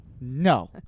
No